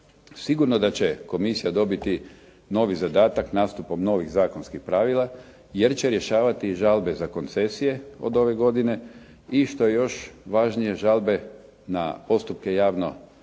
Sigurno da će komisija dobiti novi zadatak nastupom novih zakonskih pravila jer će rješavati i žalbe za koncesije od ove godine i što je još važnije žalbe na postupke javno